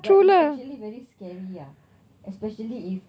but it's actually very scary ah especially if